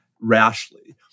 rashly